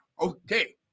okay